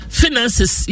finances